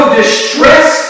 distress